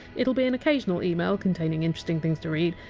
it! ll be an occasional email containing interesting things to read,